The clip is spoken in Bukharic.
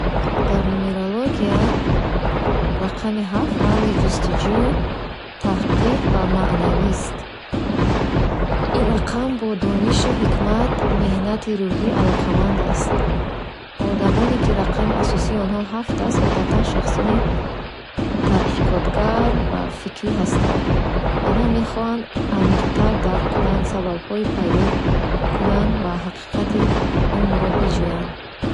Дар нумерология рақами ҳафт рамзи ҷустуҷӯ, таҳқиқ ва маънавист. Ин рақам бо донишу ҳикмат ва меҳнати рӯҳӣ алоқаманд аст. Одамоне, ки рақами асосии онҳо ҳафт аст, одатан шахсони таҳқиқотгар ва фикрӣ ҳастанд. Онҳо мехоҳанд амиқтар дарк кунанд, сабабҳое пайдо кунанд ва ҳақиқати умрро биҷӯянд.